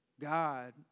God